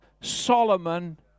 Solomon